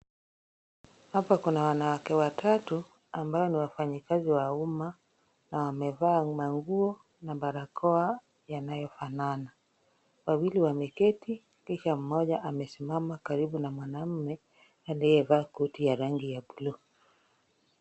Hapa Kuna wanawake watatu ambao ni wafanyikazi wa umma na wamevaa manguo na barakoa yanayofanana .Wawili wameketi kisha mmoja amesimama karibu na mwanamme aliyevaa koti ya rangi ya buluu.